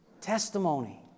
testimony